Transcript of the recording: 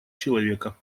человека